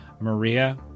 Maria